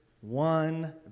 one